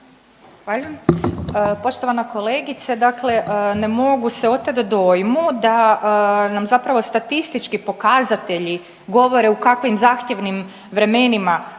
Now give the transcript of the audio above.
Zahvaljujem. Poštovana kolegice, dakle ne mogu se oteti dojmu da nam zapravo statistički pokazatelji govore u kakvim zahtjevnim vremenima